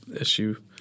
issue